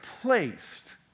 placed